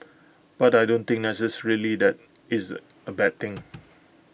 but I don't think necessarily that it's A bad thing